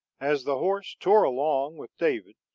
as the horse tore along with david,